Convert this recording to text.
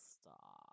stop